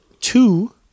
two